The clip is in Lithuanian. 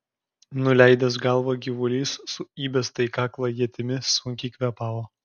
nuleidęs galvą gyvulys su įbesta į kaklą ietimi sunkiai kvėpavo